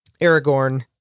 Aragorn